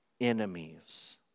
enemies